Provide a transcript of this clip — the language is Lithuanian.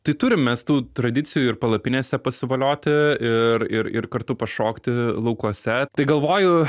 tai turim mes tų tradicijų ir palapinėse pasivolioti ir ir ir kartu pašokti laukuose tai galvoju